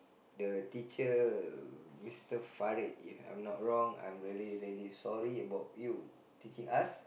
the teacher Mister Farid if I'm not wrong I'm really really sorry about you teaching us